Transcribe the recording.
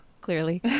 clearly